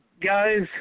guys